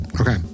Okay